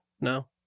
No